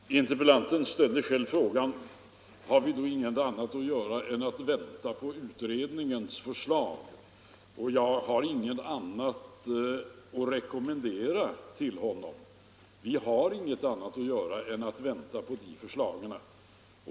Herr talman! Interpellanten ställde själv frågan: Har vi då inget annat att göra än att vänta på utredningens förslag? Och jag har inget annat att rekommendera honom; vi har inget annat att göra än att vänta på de förslagen.